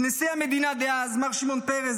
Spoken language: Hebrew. את נשיא המדינה דאז מר שמעון פרס,